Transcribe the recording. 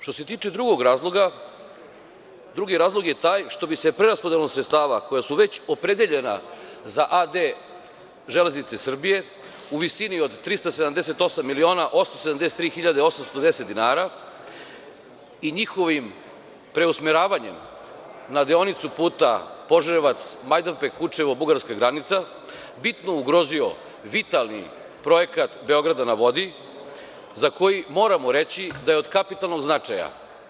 Što se tiče drugog razloga, drugi razlog je taj što bi se preraspodelom sredstava koja su već opredeljena za a.d. „Železnice Srbije“ u visini od 378.873.810 dinara i njihovim preusmeravanjem na deonicu puta Požarevac-Majdanpek-Kučevo-Bugarska granica bi se bitno ugrozio vitalni Projekat Beograda na vodi, za koji moram reći da je od kapitalnog značaja.